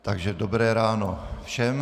Takže dobré ráno všem.